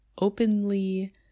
openly